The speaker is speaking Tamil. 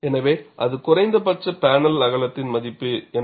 எனவே அது குறைந்தபட்ச பேனல் அகலத்தின் மதிப்பு என்ன